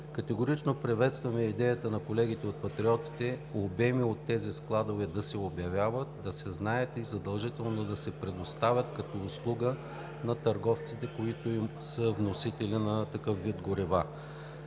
Категорично приветстваме идеята на колегите от Патриотите, обеми от тези складове да се обявяват, да се знаят и задължително да се предоставят като услуга на търговците, които са вносители на такъв вид горива.